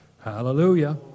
Hallelujah